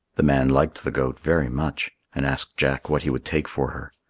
the man liked the goat very much, and asked jack what he would take for her.